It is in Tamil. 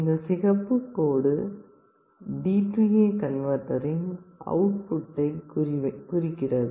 இந்த சிகப்பு கோடு DA கன்வேர்டரின் அவுட் புட்டை குறிக்கிறது